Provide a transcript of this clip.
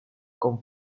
con